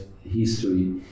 history